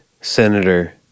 Senator